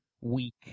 weak